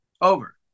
over